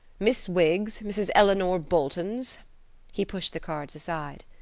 miss wiggs mrs. eleanor boltons he pushed the cards aside.